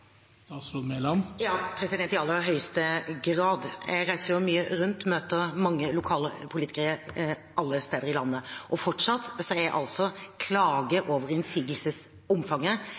i aller høyeste grad. Jeg reiser mye rundt og møter mange lokale politikere alle steder i landet, og fortsatt er altså klager over innsigelsesomfanget